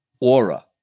aura